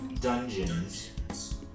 Dungeons